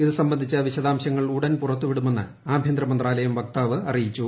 ഇത് സംബന്ധിച്ച വിശദാംശങ്ങൾ ഉടൻ പുറത്തു വിടുമെന്ന് ആഭ്യന്തര മന്ത്രൂലയം വക്താവ് അറിയിച്ചു